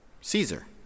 caesar